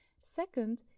Second